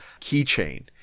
keychain